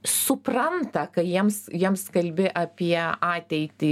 supranta kai jiems jiems kalbi apie ateitį